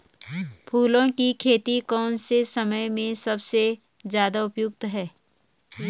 फूलों की खेती कौन से समय में सबसे ज़्यादा उपयुक्त है?